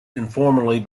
informally